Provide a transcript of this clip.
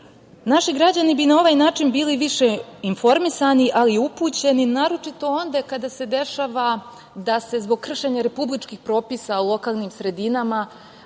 građani bi na ovaj način bili više informisani, ali i upućeni, naročito onda kada se dešava da se zbog kršenja republičkih propisa u lokalnim sredinama,